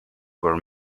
were